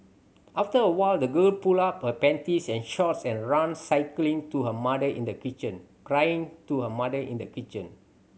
after a while the girl pulled up panties and shorts and ran crying to her mother in the kitchen